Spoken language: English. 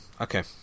Okay